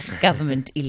government